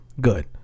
Good